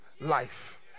life